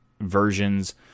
versions